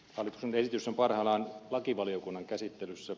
hallituksen esitys on parhaillaan lakivaliokunnan käsittelyssä